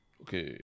Okay